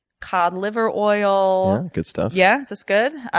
cod liver oil. good stuff. yes, it's good.